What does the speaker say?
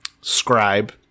scribe